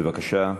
בבקשה.